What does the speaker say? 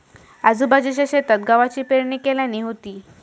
आजूबाजूच्या शेतात गव्हाची पेरणी केल्यानी होती